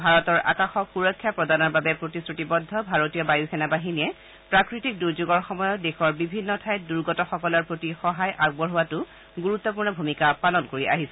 ভাৰতৰ আকাশক সূৰক্ষা প্ৰদানৰ বাবে প্ৰতিশ্ৰতিবদ্ধ ভাৰতীয় বায়ুসেনা বাহিনীয়ে প্ৰাকৃতিক দূৰ্যোগৰ সময়ত দেশৰ বিভিন্ন ঠাইত দূৰ্গতসকলৰ প্ৰতি সহায় আগবঢ়োৱাতো গুৰুত্পূৰ্ণ ভূমিকা পালন কৰি আহিছে